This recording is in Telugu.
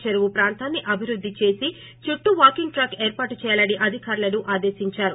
ఈ సందర్బముగా నీలాటి చెరువు ప్రాంతాన్ని అభివృద్ది చేసి చుట్టూ వాకింగ్ ట్రాక్ ఏర్పాటు చేయాలని అధికారులను ఆదేశించారు